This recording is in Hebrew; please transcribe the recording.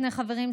שני חברים,